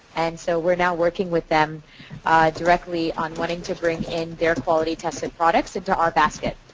and so we are now working with them directly on wanting to bring in their quality-tested products into our basket.